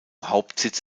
hauptsitz